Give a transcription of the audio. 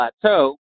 plateau